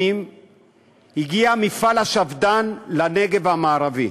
הגיע מפעל השפד"ן לנגב המערבי.